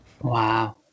Wow